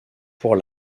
pour